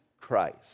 Christ